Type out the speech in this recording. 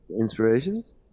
inspirations